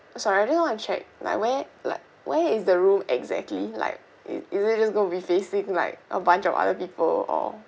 sorry I just want to check like where like where is the room exactly like is is it just going to be facing like a bunch of other people or